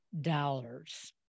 dollars